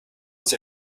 sie